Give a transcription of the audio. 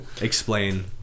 explain